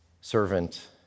servant